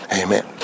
Amen